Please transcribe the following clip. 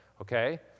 okay